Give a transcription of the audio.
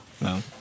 No